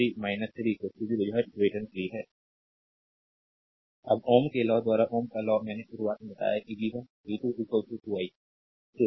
slide time देखें 1124 अब ohm के लॉ द्वारा ओम का लॉ मैंने शुरुआत में बताया कि v 1 v 1 2 i1 से होगा